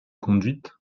conduite